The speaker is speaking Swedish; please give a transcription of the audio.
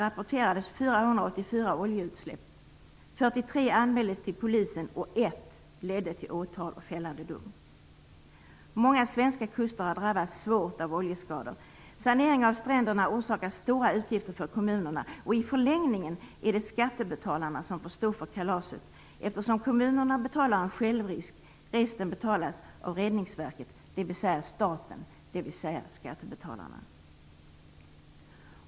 1994 rapporterades Många svenska kuster har drabbats svårt av oljeskador. Sanering av stränderna orsakar stora utgifter för kommunerna. I förlängningen är det skattebetalarna som får stå för kalaset, eftersom kommunerna betalar en självrisk. Resten betalas av Räddningsverket, dvs. staten - skattebetalarna.